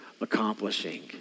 accomplishing